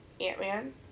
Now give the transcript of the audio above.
Ant-Man